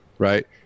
Right